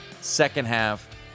second-half